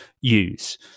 use